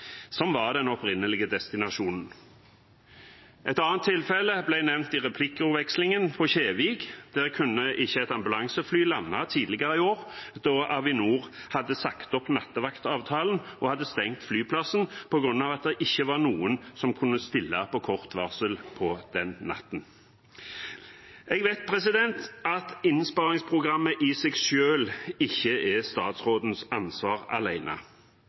som var den opprinnelige destinasjonen. Et annet tilfelle, på Kjevik, ble nevnt i replikkvekslingen. Der kunne ikke et ambulansefly lande tidligere i år, da Avinor hadde sagt opp nattevaktavtalen og stengt flyplassen fordi det ikke var noen som kunne stille på kort varsel den natten. Jeg vet at innsparingsprogrammet i seg selv ikke er statsrådens ansvar